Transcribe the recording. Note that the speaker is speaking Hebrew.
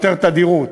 יותר תדירות?